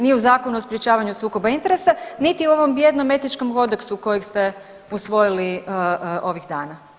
Ni u Zakonu o sprječavanju sukoba interesa niti u ovom jednom Etičkom kodeksu kojeg ste usvojili ovih dana.